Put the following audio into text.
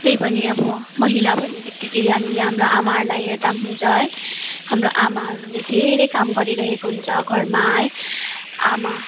त्यही पनि अब महिला भन्ने बित्तिकै हामीले हाम्रो आमाहरूलाई हेर्दा पनि हुन्छ है हाम्रो आमाहरूले धेरै काम गरिरहेको हुन्छ घरमा है आमा